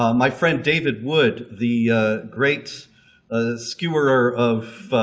um my friend david wood, the great skewer-er of